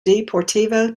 deportivo